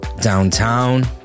downtown